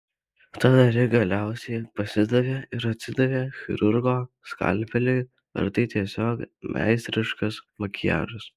tad ar ji galiausiai pasidavė ir atsidavė chirurgo skalpeliui ar tai tiesiog meistriškas makiažas